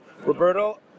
Roberto